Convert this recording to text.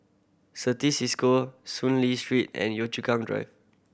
Certis Cisco Soon Lee Street and Yio Chu Kang Drive